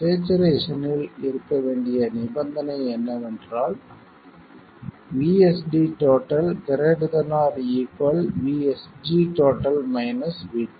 ஸ்சேச்சுரேசனில் இருக்க வேண்டிய நிபந்தனை என்னவென்றால் VSD ≥ VSG VTP